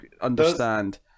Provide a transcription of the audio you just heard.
understand